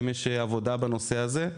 האם יש עבודה בנושא הזה.